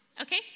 okay